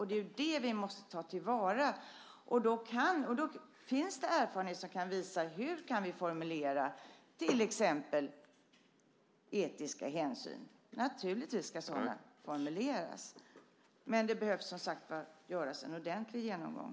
Det är det vi måste ta till vara. Det finns erfarenhet som kan visa hur vi till exempel kan formulera etiska hänsyn. Naturligtvis ska sådana formuleras, men det behöver göras en ordentlig genomgång.